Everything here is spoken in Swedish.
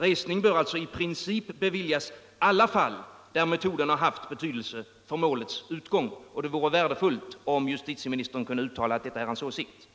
Resning bör alltså i princip beviljas i alla de fall där metoden har haft betydelse för målets utgång. Det vore värdefullt om justitieministern kunde uttala att det är hans åsikt.